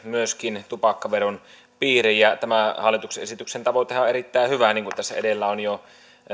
myöskin sähkösavukkeet tupakkaveron piiriin ja tämän hallituksen esityksen tavoitehan on erittäin hyvä niin kuin tässä edellä on jo